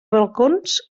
balcons